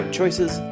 choices